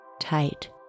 Tight